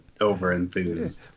over-enthused